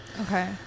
Okay